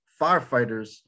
firefighters